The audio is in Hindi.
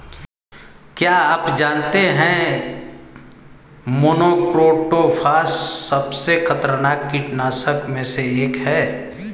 क्या आप जानते है मोनोक्रोटोफॉस सबसे खतरनाक कीटनाशक में से एक है?